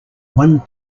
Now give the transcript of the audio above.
one